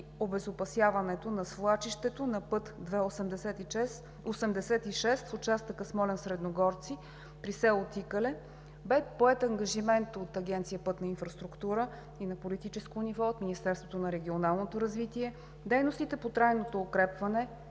обезопасяването на свлачището на път II-86 в участъка Смолян, Средногорци при село Тикале. Поет бе ангажимент от Агенция „Пътна инфраструктура“ и на политическо ниво от Министерството на регионалното развитие дейностите по трайното укрепване